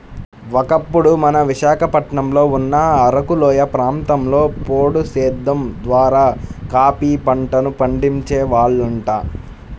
ఒకప్పుడు మన విశాఖపట్నంలో ఉన్న అరకులోయ ప్రాంతంలో పోడు సేద్దెం ద్వారా కాపీ పంటను పండించే వాళ్లంట